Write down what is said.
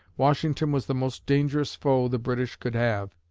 washington was the most dangerous foe the british could have.